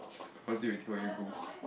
cause they waiting for you go